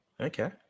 Okay